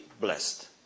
blessed